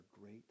great